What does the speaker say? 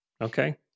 okay